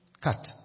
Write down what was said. cut